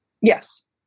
Yes